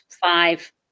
five